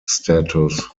status